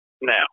now